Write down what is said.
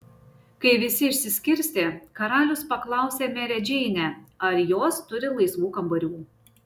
kai visi išsiskirstė karalius paklausė merę džeinę ar jos turi laisvų kambarių